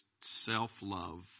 self-love